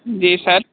जी sir